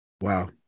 Wow